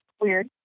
weird